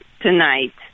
tonight